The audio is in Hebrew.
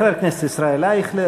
חבר הכנסת ישראל אייכלר,